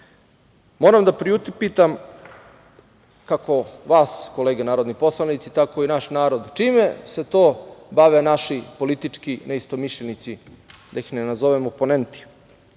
moram da priupitam kako vas kolege narodni poslanici, tako i naš narod, čime se to bave naši politički neistomišljenici, da in ne nazovem oponenti?